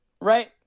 right